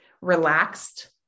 relaxed